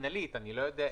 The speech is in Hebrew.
יכול להיות שלא יטילו בכלל.